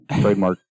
Trademark